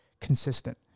consistent